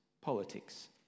politics